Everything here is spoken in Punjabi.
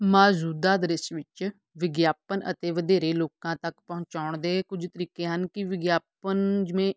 ਮੌਜੂਦਾ ਦ੍ਰਿਸ਼ ਵਿੱਚ ਵਿਗਿਆਪਨ ਅਤੇ ਵਧੇਰੇ ਲੋਕਾਂ ਤੱਕ ਪਹੁੰਚਾਉਣ ਦੇ ਕੁੱਝ ਤਰੀਕੇ ਹਨ ਕਿ ਵਿਗਿਆਪਨ ਜਿਵੇਂ